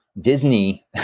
Disney